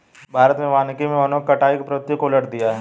भारत में वानिकी मे वनों की कटाई की प्रवृत्ति को उलट दिया है